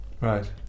right